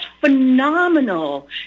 phenomenal